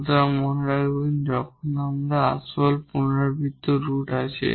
সুতরাং মনে রাখবেন যখন আমাদের আসল রিপিটেড রুট আছে